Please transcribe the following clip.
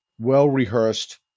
well-rehearsed